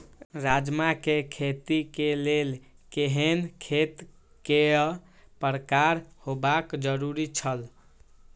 राजमा के खेती के लेल केहेन खेत केय प्रकार होबाक जरुरी छल?